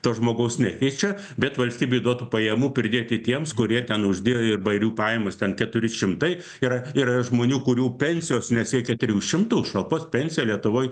to žmogaus nekeičia bet valstybei duotų pajamų pridėti tiems kurie ten uždirba ir jų pajamos ten keturi šimtai yra yra žmonių kurių pensijos nesiekia trijų šimtų šalpos pensija lietuvoj